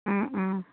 ও ও